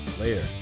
Later